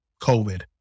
COVID